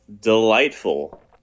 delightful